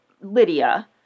Lydia